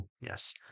yes